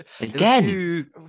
Again